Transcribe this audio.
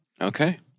Okay